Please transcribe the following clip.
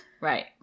Right